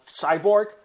cyborg